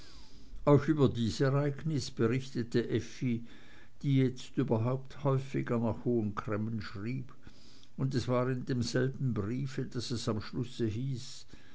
auch über dies ereignis berichtete effi die jetzt überhaupt häufiger nach hohen cremmen schrieb und es war in demselben brief daß es am schluß hieß